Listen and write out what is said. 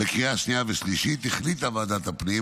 לקריאה השנייה ולקריאה השלישית החליטה ועדת הפנים,